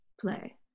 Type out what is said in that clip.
play